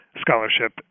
scholarship